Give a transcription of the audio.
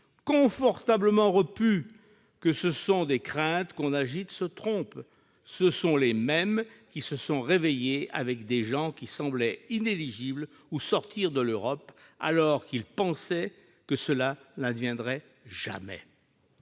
confortablement repus, que ce sont des craintes qu'on agite se trompent. Ce sont les mêmes qui se sont réveillés avec des gens qui semblaient inéligibles ou sortis de l'Europe alors qu'ils pensaient que cela n'adviendrait jamais.